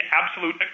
absolute